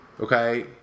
Okay